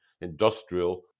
industrial